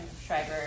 Schreiber